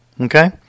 Okay